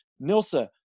Nilsa